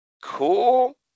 Cool